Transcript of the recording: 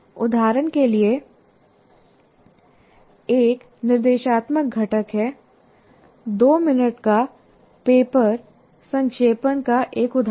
उदाहरण के लिए एक निर्देशात्मक घटक है 2 मिनट का पेपर संक्षेपण का एक उदाहरण है